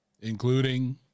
including